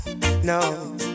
No